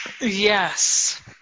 Yes